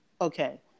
okay